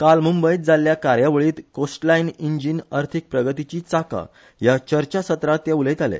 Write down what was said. काल मुंबयत जाल्ल्या कार्यावळींत कोस्टलायन इंजीन अर्थिक प्रगतीची चाका ह्या चर्चा सत्रांत ते उलयताले